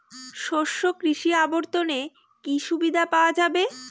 শস্য কৃষি অবর্তনে কি সুবিধা পাওয়া যাবে?